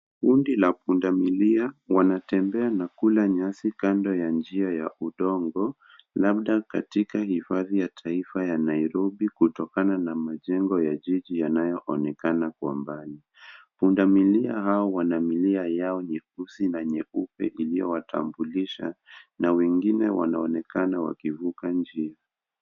Kundi la pundamilia wanatembea na kula nyasi kando ya njia ya udongo labda katika hifadhi ya taifa ya Nairobi kutokana na majengo ya jiji yanayoonekana kwa mbali. Pundamilia hawa wana milia yao nyeusi na nyeupe iliyowatambulisha na wengine wanaonekana wakivuka njia.